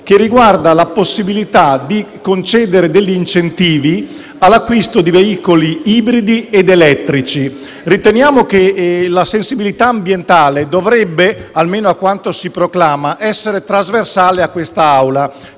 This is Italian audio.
che riguarda la possibilità di concedere degli incentivi all'acquisto di veicoli ibridi ed elettrici. Riteniamo che la sensibilità ambientale dovrebbe, almeno a quanto si proclama, essere trasversale a questa